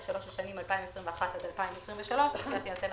בשיווק השקעות ובניהולי תיקי השקעות,